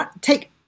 take